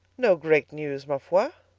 no great news, ma foi.